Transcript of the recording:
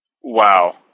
Wow